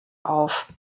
auf